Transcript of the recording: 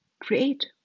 create